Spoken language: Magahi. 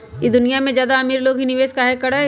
ई दुनिया में ज्यादा अमीर लोग ही निवेस काहे करई?